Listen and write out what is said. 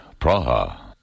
Praha